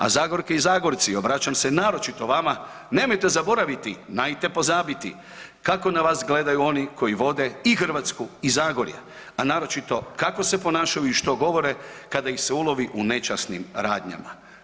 A Zagorke i Zagorci, obraćam se naročito vama, nemojte zaboraviti, najte pozabiti, kako na vas gledaju oni koji vode i Hrvatsku i Zagorje, a naročito kako se ponašaju i što govore kada ih se ulovi u nečasnim radnjama.